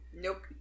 Nope